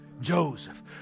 Joseph